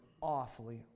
awfully